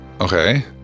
okay